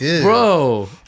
bro